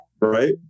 right